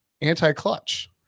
anti-clutch